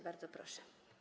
Bardzo proszę.